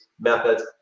methods